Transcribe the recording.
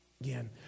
again